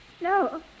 No